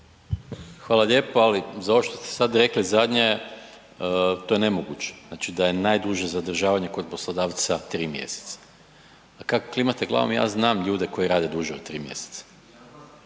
Hvala lijepo. Ali za ovo šta ste sad rekli zadnje, to je nemoguće. Znači da je najduže zadržavanje kod poslodavca 3 mjeseca. A kad klimate glavom ja znam ljude koji rade duže od 3 mjeseca,